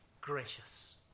gracious